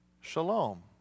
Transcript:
shalom